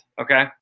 Okay